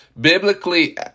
Biblically